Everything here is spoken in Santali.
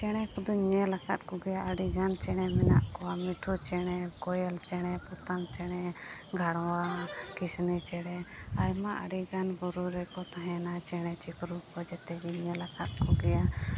ᱪᱮᱬᱮ ᱠᱚᱫᱚᱧ ᱧᱮᱞ ᱠᱟᱜ ᱠᱚᱜᱮᱭᱟ ᱟᱹᱰᱤᱜᱟᱱ ᱪᱮᱬᱮ ᱢᱮᱱᱟᱜ ᱠᱚᱣᱟ ᱢᱤᱴᱷᱩ ᱪᱮᱬᱮ ᱠᱚᱭᱮᱞ ᱪᱮᱬᱮ ᱯᱚᱛᱟᱢ ᱪᱮᱬᱮ ᱜᱷᱟᱲᱣᱟ ᱠᱤᱥᱱᱤ ᱪᱮᱬᱮ ᱟᱭᱢᱟ ᱟᱹᱰᱤᱜᱟᱱ ᱵᱩᱨᱩ ᱨᱮᱠᱚ ᱛᱟᱦᱮᱱᱟ ᱪᱮᱬᱮ ᱪᱤᱯᱨᱩᱫ ᱠᱚ ᱡᱮᱛᱮ ᱜᱮ ᱧᱮᱞ ᱟᱠᱟᱫ ᱠᱚᱜᱮᱭᱟ